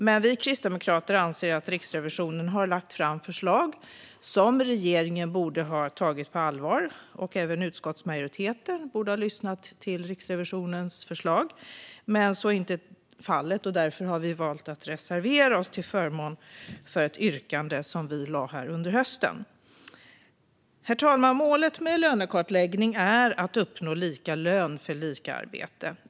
Men vi kristdemokrater anser att Riksrevisionen har lagt fram förslag som regeringen borde ha tagit på allvar och även utskottsmajoriteten borde ha lyssnat till. Så är dock inte fallet. Därför har vi valt att reservera oss till förmån för ett yrkande som vi lade fram i höstas. Herr talman! Målet med en lönekartläggning är att uppnå lika lön för lika arbete.